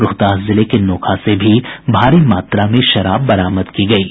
रोहतास जिले के नोखा से भारी मात्रा में शराब बरामद की गयी है